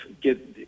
get